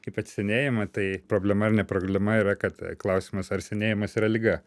kaip vat senėjimą tai problema ar problema yra kad klausimas ar senėjimas yra liga